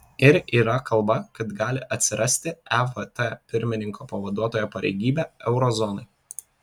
ir yra kalba kad gali atsirasti evt pirmininko pavaduotojo pareigybė euro zonai